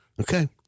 Okay